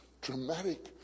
dramatic